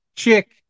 chick